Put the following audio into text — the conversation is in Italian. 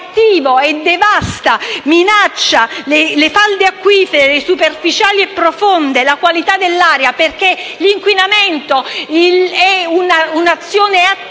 è attivo e devasta le falde acquifere superficiali e profonde, nonché la qualità dell'aria, perché l'inquinamento è un'azione attiva,